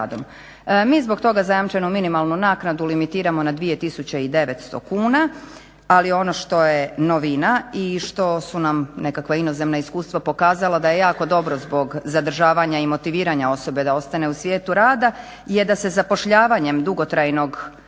Mi zbog toga zajamčenu minimalnu naknadu limitiramo na 2.900 kuna ali ono što je novina i što su nam nekakva inozemna iskustva pokazala da je jako dobro zbog zadržavanja i motiviranja osobe da ostane u svijetu rada je da se zapošljavanjem dugotrajno